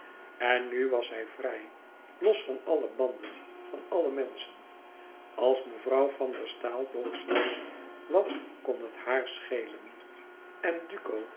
en nu was zij vrij los van alle banden van alle menschen als mevrouw van der staal boos was wat kon het haar schelen en duco